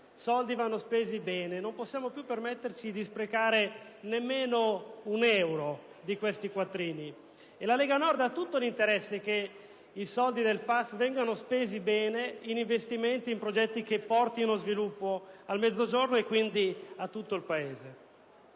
soldi vanno dunque spesi bene e non possiamo più permetterci di sprecarne neppure un euro. La Lega Nord ha tutto l'interesse che i soldi del FAS vengano spesi bene in investimenti e in progetti che portino sviluppo al Mezzogiorno e, quindi, a tutto il Paese.